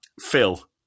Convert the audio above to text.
phil